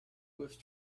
with